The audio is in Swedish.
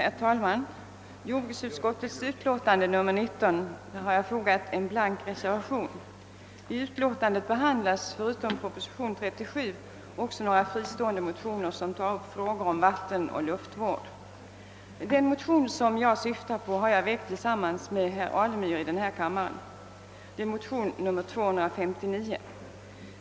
Herr talman! Till jordbruksutskottets utlåtande nr 19 har jag fogat en blank reservation. I detta utlåtande behandlas förutom proposition 37 även några fristående motioner som tar upp frågor om vattenoch luftvård. Den motion jag syftar på, nr 259 i denna kammare, har jag väckt tillsammans med herr Alemyr.